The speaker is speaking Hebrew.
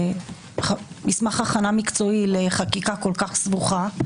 -- לקואליציה, זו הבעיה שלך.